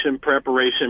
preparation